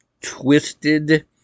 twisted